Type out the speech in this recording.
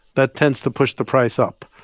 that tends to push the price up.